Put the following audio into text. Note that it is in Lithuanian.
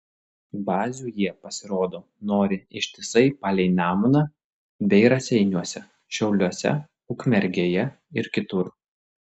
bazių jie pasirodo nori ištisai palei nemuną bei raseiniuose šiauliuose ukmergėje ir kitur